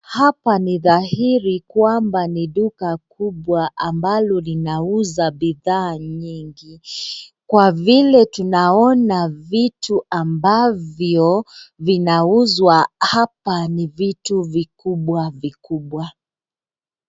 Hapa ni dhahiri kwamba ni duka kubwa ambalo linauza bidhaa nyingi, kwa vile tunaona vitu ambavyo vinauzwa hapa ni vitu vikubwa vikubwa.